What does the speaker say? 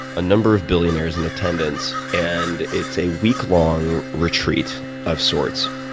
a number of billionaires in attendance. and it's a weeklong retreat of sorts.